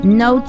no